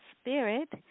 Spirit